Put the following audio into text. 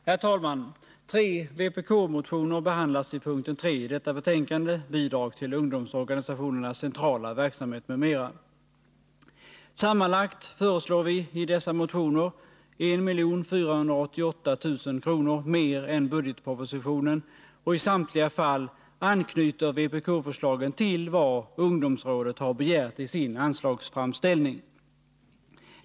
Herr talman! Tre vpk-motioner behandlas under punkten 3 i detta betänkande, Bidrag till ungdomsorganisationernas centrala verksamhet m.m. Sammanlagt föreslår vi i dessa motioner 1 488 000 kr. mer än vad som anvisas i budgetpropositionen, och i samtliga fall anknyter vpk-förslagen till vad ungdomsrådet har begärt i sin anslagsframställning.